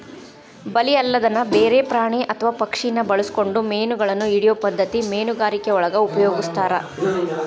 ಬಲಿ ಅಲ್ಲದನ ಬ್ಯಾರೆ ಪ್ರಾಣಿ ಅತ್ವಾ ಪಕ್ಷಿನ ಬಳಸ್ಕೊಂಡು ಮೇನಗಳನ್ನ ಹಿಡಿಯೋ ಪದ್ಧತಿ ಮೇನುಗಾರಿಕೆಯೊಳಗ ಉಪಯೊಗಸ್ತಾರ